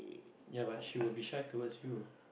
ya but she will be shy towards you